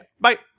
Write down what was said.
Bye